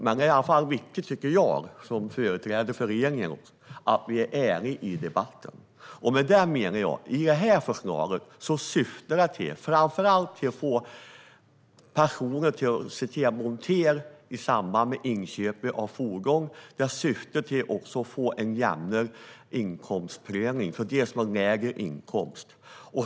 Men som företrädare för regeringen är det viktigt för mig att vi är ärliga i debatten, och syftet med förslaget är dels att monteringar ska ske i samband med inköp, dels att det ska bli en jämnare inkomstprövning för dem som har låg inkomst.